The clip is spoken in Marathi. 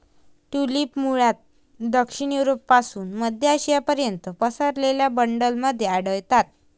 ट्यूलिप्स मूळतः दक्षिण युरोपपासून मध्य आशियापर्यंत पसरलेल्या बँडमध्ये आढळतात